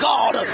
God